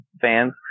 fans